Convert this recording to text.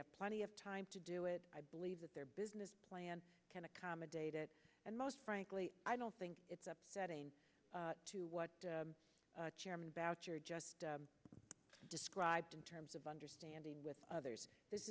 have plenty of time to do it i believe that their business plan can accommodate it and most frankly i don't think it's up to what chairman boucher just described in terms of understanding with others this